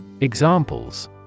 Examples